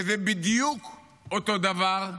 שזה בדיוק אותו דבר,